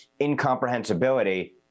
incomprehensibility